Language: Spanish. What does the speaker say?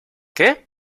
qué